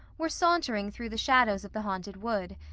were sauntering through the shadows of the haunted wood.